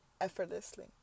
effortlessly